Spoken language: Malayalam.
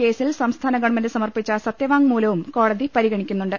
കേസിൽ സംസ്ഥാന ഗവൺമെന്റ് സമർപ്പിച്ച സത്യവാങ്മൂലവും കോടതി പരിഗണിക്കുന്നുണ്ട്